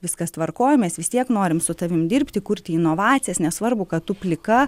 viskas tvarkoj mes vis tiek norim su tavim dirbti kurti inovacijas nesvarbu kad tu plika